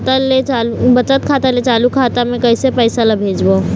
बचत खाता ले चालू खाता मे कैसे पैसा ला भेजबो?